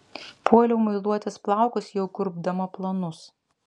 puoliau muiluotis plaukus jau kurpdama planus